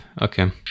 okay